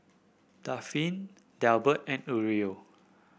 Dafne Delbert and Aurelio